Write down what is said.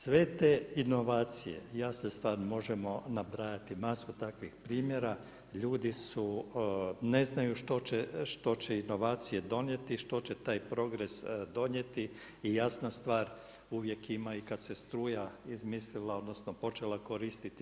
Sve te inovacije jasna stvar možemo nabrajati masu takvih primjera ljudi su, ne znaju što će inovacije donijeti, što će taj progres donijeti i jasna stvar uvijek ima i kad se struja izmislila, odnosno počela koristiti.